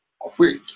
quick